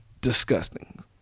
disgusting